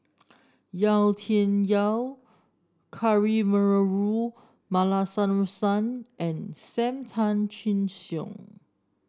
Yau Tian Yau Kavignareru Amallathasan and Sam Tan Chin Siong